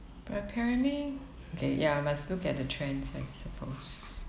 but apparently K ya must look at the trends I suppose